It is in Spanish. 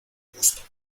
busto